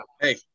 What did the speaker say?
Hey